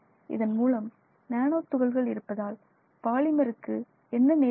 இதன் மூலம் நானோ துகள்கள் இருப்பதால் பாலிமர் என்ன நேர்கிறது